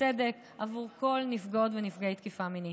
צדק בעבור כל נפגעות ונפגעי תקיפה מינית.